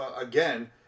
again